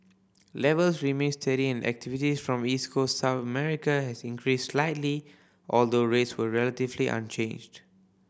levels remained steady and activity from East Coast South America has increased slightly although rates were relatively unchanged